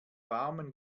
warmen